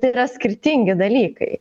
tai yra skirtingi dalykai